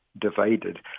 divided